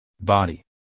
Body